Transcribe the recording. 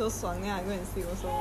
!hey! !hey! !hey!